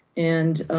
and,